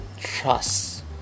trust